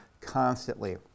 constantly